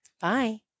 Bye